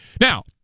Now